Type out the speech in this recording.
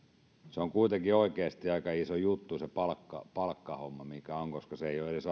se on kuitenkin oikeasti aika iso juttu se palkkahomma mikä on koska se ei ole edes